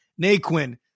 Naquin